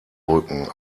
brücken